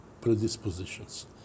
predispositions